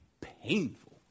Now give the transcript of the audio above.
painful